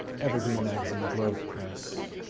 evergreen magazine, grove press,